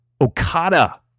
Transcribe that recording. Okada